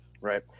right